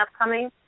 upcoming